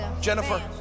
Jennifer